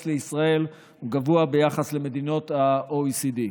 לישראל וגבוה ביחס למדינות ה-OECD.